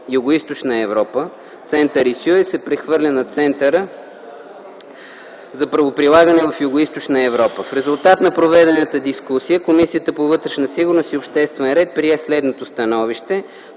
Югоизточна Европа (Център ИСЮЕ) се прехвърлят на Центъра за правоприлагане в Югоизточна Европа. В резултат на проведената дискусия Комисията по вътрешна сигурност и обществен ред прие следното становище: